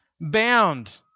bound